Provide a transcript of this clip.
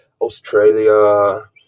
Australia